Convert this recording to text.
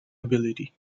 ability